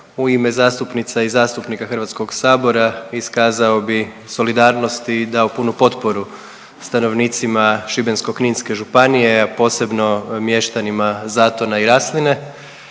u ime zastupnica i zastupnika HS iskazao bi solidarnost i dao punu potporu stanovnicima Šibensko-kninske županije, a posebno mještanima Zatona i Rasline.